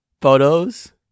photos